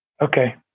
Okay